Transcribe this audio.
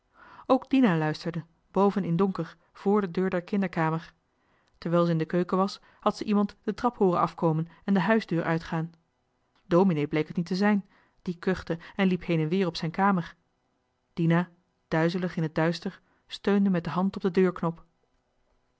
ook dina luisterde boven in donker vr de deur der kinderkamer terwijl ze in de keuken was had ze iemand de trap hooren afkomen en de huisdeur uitgaan dominee bleek het niet te zijn die kuchte en liep heen-en-weer op zijn kamer dina duizelig in het duister steunde met de hand op den deurknop